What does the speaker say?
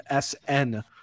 sn